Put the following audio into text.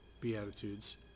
Beatitudes